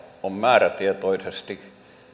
on määrätietoisesti